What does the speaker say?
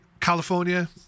california